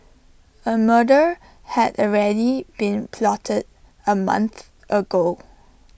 A murder had already been plotted A month ago